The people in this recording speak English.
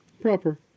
proper